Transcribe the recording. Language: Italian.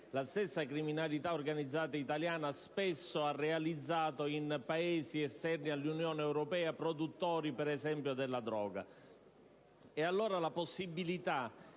la stessa criminalità organizzata italiana spesso ha realizzato in Paesi esterni all'Unione europea, produttori, ad esempio, di droga. E allora, la possibilità